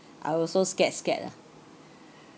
I also scared scared ah